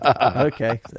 Okay